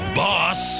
boss